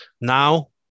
Now